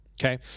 Okay